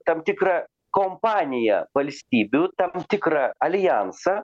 tam tikrą kompaniją valstybių tam tikrą aljansą